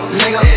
nigga